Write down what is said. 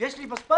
יש לי מספר."